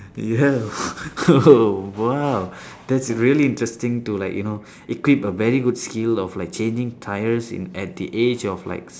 ya oh !wow! that's really interesting to like you know equip a very good skill of like changing tyres in at the age of like